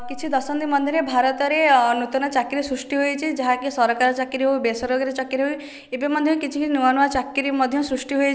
କିଛି ଦଶନ୍ଧି ମଧ୍ୟରେ ଭାରତରେ ନୂତନ ଚାକିରୀ ସୃଷ୍ଟି ହୋଇଛି ଯାହାକି ସରକାରୀ ଚାକିରୀ ହେଉ ବେସରକାରୀ ଚାକିରୀ ହେଉ ଏବେ ମଧ୍ୟ କିଛି କିଛି ନୂଆ ନୂଆ ଚାକିରି ମଧ୍ୟ ସୃଷ୍ଟି ହୋଇଛି